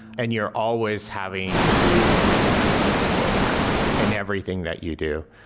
and you're always having to make adjustments for that in everything that you do,